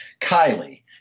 kylie